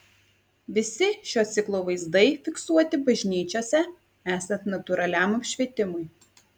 visi šio ciklo vaizdai fiksuoti bažnyčiose esant natūraliam apšvietimui